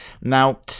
Now